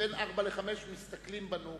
שבין 16:00 ל-17:00 מסתכלים בנו,